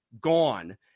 gone